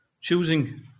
Choosing